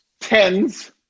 tens